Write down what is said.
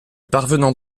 parvenant